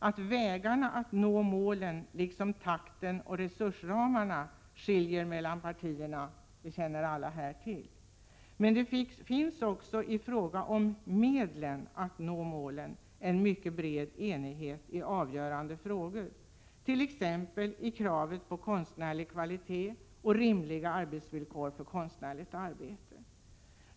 Att vägarna att nå målen liksom takten och resursramarna är skilda mellan partierna känner alla här till. Men det finns också i fråga om medlen att nå målen en mycket bred enighet i avgörande frågor, t.ex. i kravet på konstnärlig kvalitet och rimliga arbetsvillkor för konstnärligt arbete.